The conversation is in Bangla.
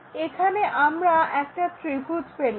এখানে আমরা একটা ত্রিভুজ পেলাম